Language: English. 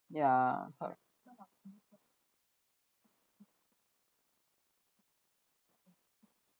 yeah cor~